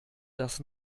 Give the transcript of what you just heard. das